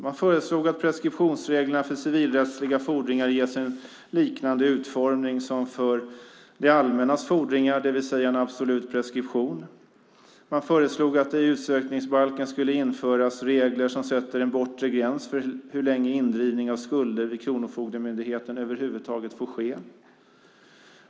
Man föreslog att preskriptionsreglerna för civilrättsliga fordringar ges en liknande utformning som för det allmännas fordringar, det vill säga en absolut preskription. Man föreslog att det i utsökningsbalken skulle införas regler som sätter en bortre gräns för hur länge indrivning av skulder vid Kronofogdemyndigheten får ske.